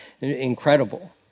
Incredible